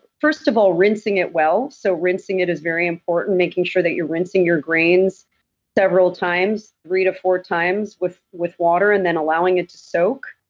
first of all, rinsing it well. so, rinsing it is very important. making sure that you're rinsing your grains several times, three to four times with with water, and then allowing it to soak.